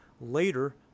later